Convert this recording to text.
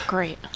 Great